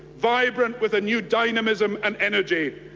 vibrant with a new dynamism and energy,